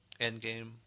Endgame